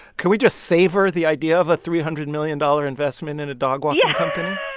can we just savor the idea of a three hundred million dollars investment in a dog walking company? yeah,